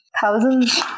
thousands